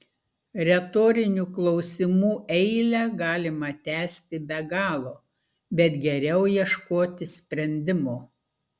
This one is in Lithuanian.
retorinių klausimų eilę galima tęsti be galo bet geriau ieškoti sprendimo